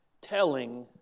telling